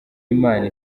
imana